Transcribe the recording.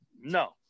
No